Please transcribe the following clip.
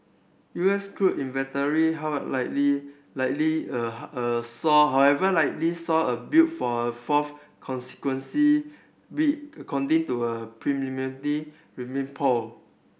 U S crude inventory however likely likely saw however likely saw a build for fourth consequence week according to a remain poll